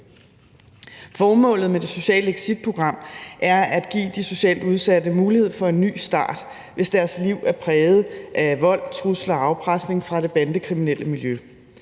Formålet med det sociale exitprogram er at give de socialt udsatte mulighed for en ny start, hvis deres liv er præget af vold, trusler og afpresning fra det bandekriminelle miljø.